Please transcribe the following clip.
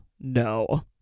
no